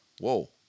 Whoa